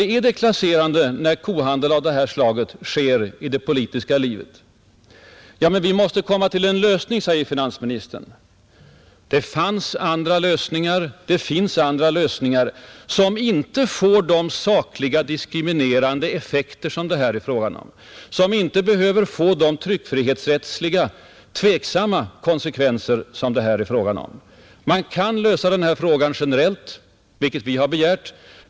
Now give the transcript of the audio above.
Det är deklasserande att driva kohandel av det här slaget i det politiska livet! Ja, men vi måste komma till en lösning sade finansministern. — Det fanns och finns andra lösningar, som inte får de sakligt diskriminerande effekter och de tryckfrihetsrättsligt tvivelaktiga konsekvenser som det här blir fråga om. Man kan lösa presstödsfrågan generellt, vilket vi har begärt.